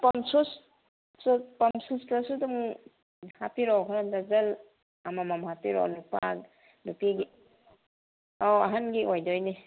pump ꯁꯨꯁ ꯄꯝ ꯁꯨꯁꯇꯁꯨ ꯑꯗꯨꯝ ꯍꯥꯞꯄꯤꯔꯛꯑꯣ ꯈꯔ ꯗꯔꯖꯟ ꯑꯃꯃꯝ ꯍꯥꯞꯄꯤꯔꯛꯑꯣ ꯅꯨꯄꯥ ꯅꯨꯄꯤꯒꯤ ꯑꯧ ꯑꯍꯟꯒꯤ ꯑꯣꯏꯗꯣꯏꯅꯤ